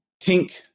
tink